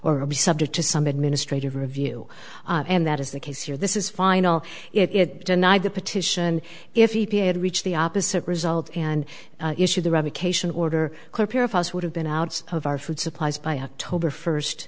some or be subject to some administrative review and that is the case here this is final it denied the petition if he had reached the opposite result and issued the revocation order clear pair of us would have been out of our food supplies by october first